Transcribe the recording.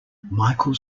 michael